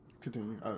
Continue